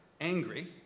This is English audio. angry